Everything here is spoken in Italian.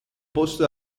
posto